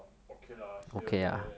okay lah here there